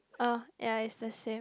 uh ya is the same